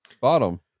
bottom